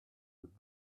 did